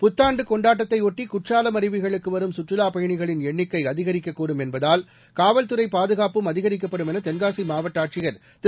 புத்தாண்டு கொண்டாட்டத்தையொட்டி குற்றாலம் அருவிகளுக்கு வரும் சுற்றுலாப் பயணிகளின் எண்ணிக்கை அதிகரிக்கக்கூடும் என்பதால் காவல்துறை பாதுகாப்பும் அதிகரிக்கப்படும் என தென்காசி மாவட்ட ஆட்சியர் திரு